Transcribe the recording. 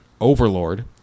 Overlord